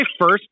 first